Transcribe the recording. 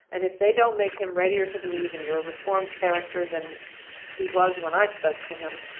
and if they don't make him readier to believe in your reformed character than he was when i spoke to him,